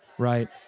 Right